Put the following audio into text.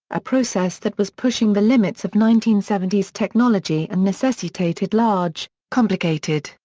a process that was pushing the limits of nineteen seventy technology and necessitated large, complicated,